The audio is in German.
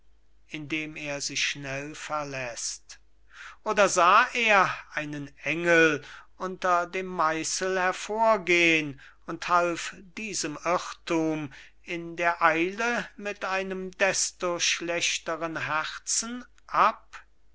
oder sah er einen engel unter dem meißel hervorgehen und half diesem irrthum in der eile mit einem desto schlechteren herzen ab